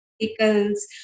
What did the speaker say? Vehicles